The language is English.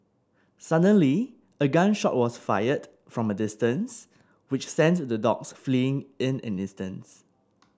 suddenly a gun shot was fired from a distance which sent the dogs fleeing in an instant